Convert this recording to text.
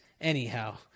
Anyhow